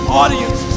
audience